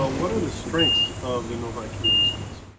ah what are the strengths of the novi community schools?